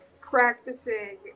practicing